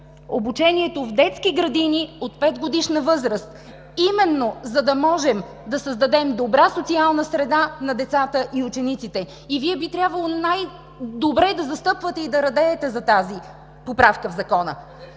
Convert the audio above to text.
обучението в детски градини от 5-годишна възраст, за да можем да създадем добра социална среда на децата и учениците. И Вие би трябвало добре да застъпвате и да радеете за тази поправка в Закона.